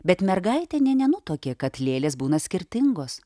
bet mergaitė nė nenutuokė kad lėlės būna skirtingos